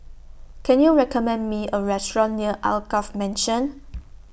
Can YOU recommend Me A Restaurant near Alkaff Mansion